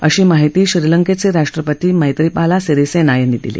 अशी माहिती श्रीलंकेचे राष्ट्रपती मैत्रीवाला सिरसेना यांनी काल दिली